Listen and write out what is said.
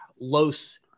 Los